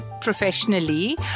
Professionally